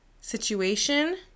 situation